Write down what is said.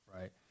right